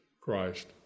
Christ